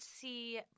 see